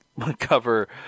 Cover